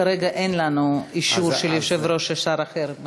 כרגע אין לנו אישור של היושב-ראש ששר אחר משיב.